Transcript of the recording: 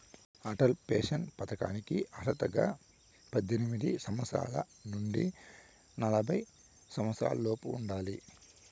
Atal pension పథకానికి అర్హతగా పద్దెనిమిది సంవత్సరాల నుండి నలభై సంవత్సరాలలోపు ఉండాలి